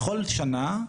בכל שנה,